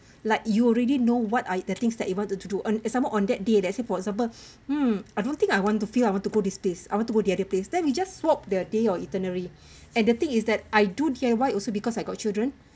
like you already know what are the things that you wanted to do and some more on that day let's say for example um I don't think I want to feel I want to go this place I want to go the other place then we just swap the day on itinerary and the thing is that I do care why also because I got children